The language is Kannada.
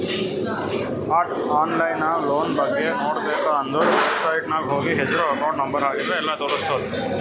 ಆನ್ಲೈನ್ ನಾಗ್ ಲೋನ್ ಬಗ್ಗೆ ನೋಡ್ಬೇಕ ಅಂದುರ್ ವೆಬ್ಸೈಟ್ನಾಗ್ ಹೋಗಿ ಹೆಸ್ರು ಅಕೌಂಟ್ ನಂಬರ್ ಹಾಕಿದ್ರ ಎಲ್ಲಾ ತೋರುಸ್ತುದ್